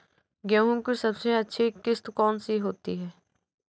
गेहूँ की सबसे अच्छी किश्त कौन सी होती है?